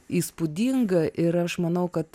įspūdinga ir aš manau kad